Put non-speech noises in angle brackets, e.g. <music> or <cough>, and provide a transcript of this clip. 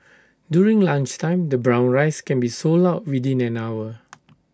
during lunchtime the brown rice can be sold out within an hour <noise>